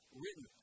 written